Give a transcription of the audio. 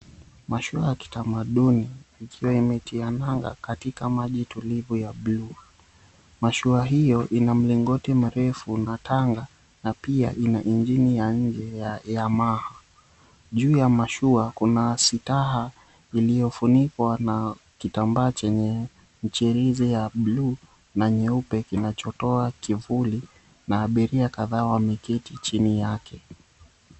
Mashuka ya kitamaduni. Ikiwa imetia nanga katika maji tulivu ya buluu. Mashua hiyo ina mlingoti mrefu na tanga, na pia ina injini ya nje ya Yamaha. Juu ya mashua kuna sitaha iliyofunikwa na kitambaa chenye michirizi ya bluu na nyeupe. Kinachotoa kivuli, na abiria kadhaa wameketi chini yake.